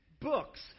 Books